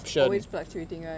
and it's always fluctuating right